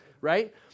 Right